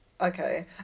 Okay